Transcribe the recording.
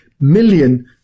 million